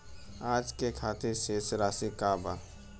आज के खातिर शेष राशि का बा?